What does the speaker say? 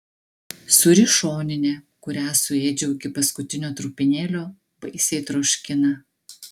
sūri šoninė kurią suėdžiau iki paskutinio trupinėlio baisiai troškina